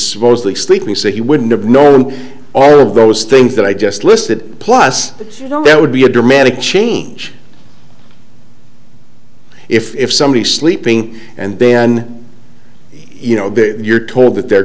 supposedly sleeping so he wouldn't have known all of those things that i just listed plus you know there would be a dramatic change if somebody sleeping and then you know you're told that they're